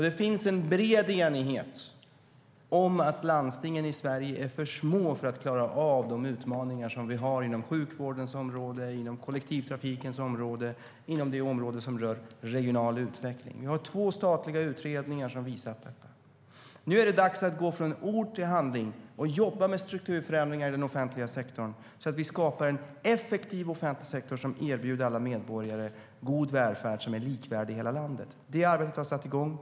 Det finns en bred enighet om att landstingen i Sverige är för små för att klara av de utmaningar som vi har inom sjukvårdens område, inom kollektivtrafikens område och inom det område som rör regional utveckling. Vi har två statliga utredningar som har visat detta. Nu är det dags att gå från ord till handling och jobba med strukturförändringar i den offentliga sektorn så att vi skapar en effektiv offentlig sektor som erbjuder alla medborgare god välfärd som är likvärdig i hela landet. Det arbetet har satt igång.